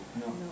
No